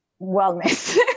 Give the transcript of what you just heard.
wellness